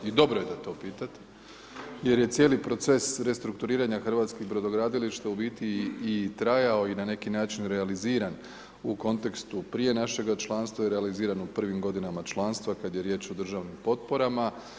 I dobro je da to pitate jer je cijeli proces restrukturiranja hrvatskih brodogradilišta u biti i trajao i na neki način realiziran u kontekstu prije našega članstva i realizirano u prvim godinama članstva kada je riječ o državnim potporama.